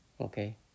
Okay